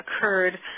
occurred